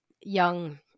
young